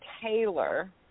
Taylor